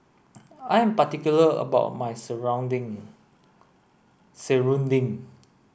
I am particular about my Serunding